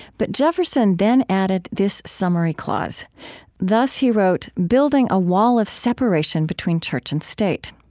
but jefferson then added this summary clause thus, he wrote, building a wall of separation between church and state.